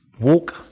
Walk